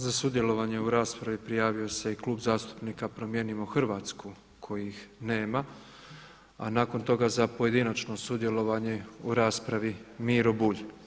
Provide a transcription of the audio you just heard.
Za sudjelovanje u raspravi prijavio se i Klub zastupnika Promijenimo Hrvatsku kojih nema, a nakon toga za pojedinačno sudjelovanje u raspravi Miro Bulj.